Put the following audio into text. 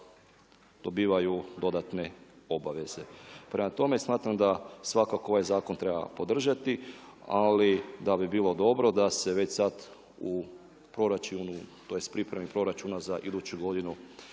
dobivaju dodatne obaveze. Prema tome, smatram da svakako ovaj zakon treba podržati, ali da bi bilo dobro da se već sad u proračunu, tj. pripremi proračuna za iduću godinu